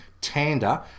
Tanda